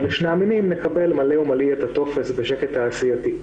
לשני המינים" נקבל "מלאי או מלא את הטופס" בשקט תעשייתי.